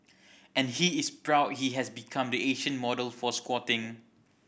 and he is proud he has become the Asian model for squatting